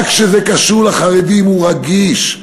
רק כשזה קשור לחרדים הוא רגיש,